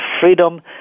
freedom